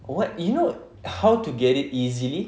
what you know how to get it easily